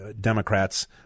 Democrats